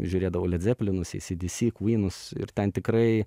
žiūrėdavau ledzeplinus ac dc kvynus ir ten tikrai